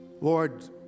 Lord